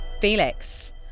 Felix